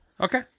Okay